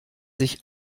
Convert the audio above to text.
sich